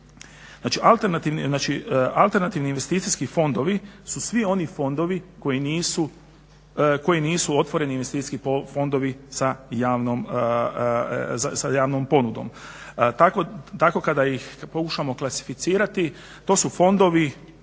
Znači alternativni investicijski fondovi su svi oni fondovi koji nisu otvoreni investicijski fondovi sa javnom ponudom, tako kada ih pokušamo klasificirati, to su fondovi